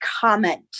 comment